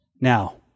Now